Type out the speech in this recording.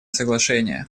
соглашения